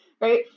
right